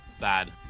Bad